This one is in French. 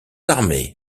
armés